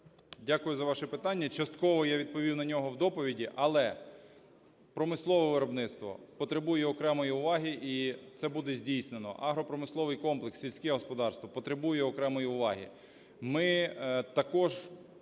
Дякую за ваше питання. Частково я відповів на нього в доповіді, але промислове виробництво потребує окремої уваги, і це буде здійснено. Агропромисловий комплекс, сільське господарство потребує окремої увагу.